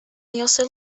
يصل